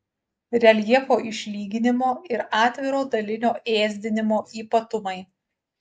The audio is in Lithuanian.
reljefo išlyginimo ir atviro dalinio ėsdinimo ypatumai